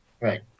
Right